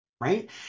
Right